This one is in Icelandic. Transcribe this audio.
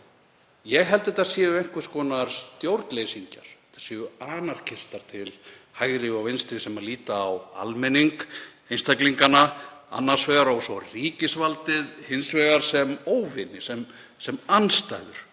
Ég held að þetta séu einhvers konar stjórnleysingjar, þetta séu anarkistar til hægri og vinstri sem líta á almenning, einstaklingana annars vegar og svo ríkisvaldið hins vegar, sem óvini, sem andstæður,